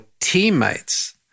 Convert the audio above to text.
teammates